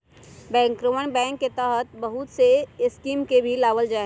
बैंकरवन बैंक के तहत बहुत से स्कीम के भी लावल जाहई